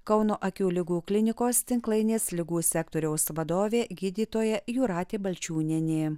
kauno akių ligų klinikos tinklainės ligų sektoriaus vadovė gydytoja jūratė balčiūnienė